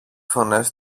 φωνές